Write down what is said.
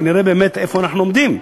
ונראה באמת איפה אנחנו עומדים,